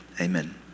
amen